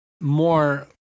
more